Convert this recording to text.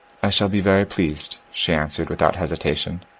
i shall be very pleased, she answered, without hesitation.